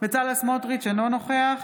בצלאל סמוטריץ' אינו נוכח